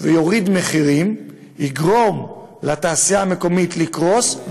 מחירים יגרום לתעשייה המקומית לקרוס,